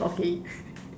okay